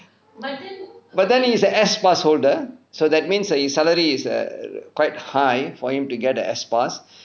but then he is a S pass holder so that means err his salary is err quite high for him to get the S pass